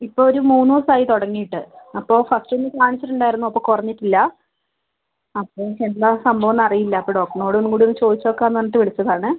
ഇപ്പോൾ ഒരു മൂന്ന് ദിവസായി തുടങ്ങീട്ട് അപ്പോൾ ഫസ്റ്റ് ഒന്ന് കാണിച്ചിട്ടുണ്ടായിരുന്നു അപ്പോൾ കുറഞ്ഞിട്ടില്ല അപ്പോൾ എന്താ സംഭവം എന്നറിയില്ല അപ്പോൾ ഡോക്ടറിനോട് ഒന്നും കൂടെ ഒന്ന് ചോദിച്ചു നോക്കാമെന്ന് പറഞ്ഞിട്ട് വിളിച്ചതാണ്